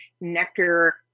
nectar